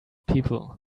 people